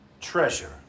Treasure